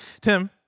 tim